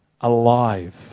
alive